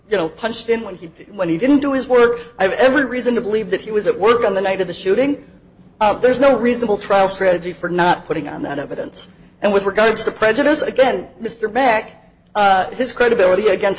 you know punched him when he when he didn't do his work i have every reason to believe that he was at work on the night of the shooting there's no reasonable trial strategy for not putting on that evidence and with regard to the prejudice again mr back his credibility against